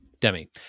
demi